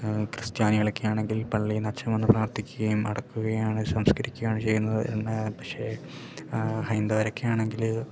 ക്രിസ്ത്യാനികളൊക്കെയാണെങ്കിൽ പള്ളിയിൽനിന്ന് അച്ഛൻ വന്ന് പ്രാർത്ഥിക്കുക്കയും അടക്കുകയാണ് സംസ്കരിക്കുകയാണ് ചെയ്യുന്നത് എന്നാൽ പക്ഷേ ഹൈന്ദവരൊക്കെയാണെങ്കിൽ